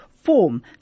form